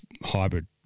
hybrid